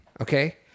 okay